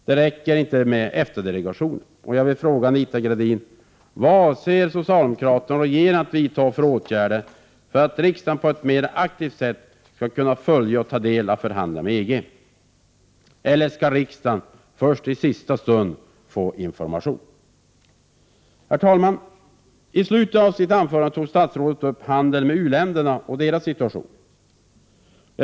Det räcker inte med EFTA-delegationen. Jag vill fråga Anita Gradin: Vad avser den socialdemokratiska regeringen att vidta för åtgärder för att riksdagen på ett mera aktivt sätt skall kunna följa och ta del av förhandlingarna med EG? Eller skall riksdagen först i sista stund få information? Herr talman! I slutet av sitt anförande tog statsrådet upp handeln med u-länderna och deras situation.